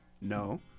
No